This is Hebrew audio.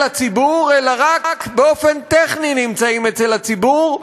הציבור אלא רק באופן טכני נמצאים אצל הציבור,